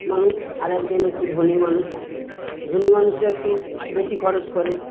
মানুষ আর একজন একটু ধনী মানুষ ধনী মানুষরা একটু বেশি খরচ করে